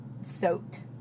soaked